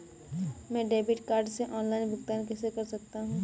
मैं debit card से online भुगतान कैसे कर सकता हूँ?